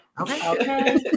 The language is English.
okay